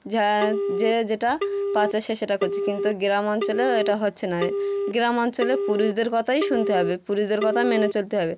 যা যে যেটা পাচ্ছে সে সেটা করছে কিন্তু গ্রাম অঞ্চলে এটা হচ্ছে না গ্রাম অঞ্চলে পুরুষদের কথাই শুনতে হবে পুরুষদের কথা মেনে চলতে হবে